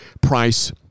price